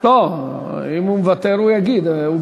הוא מוותר, הסתפק, לא, אם הוא מוותר, הוא יגיד.